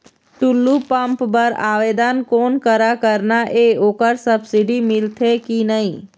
Tullu pump बर आवेदन कोन करा करना ये ओकर सब्सिडी मिलथे की नई?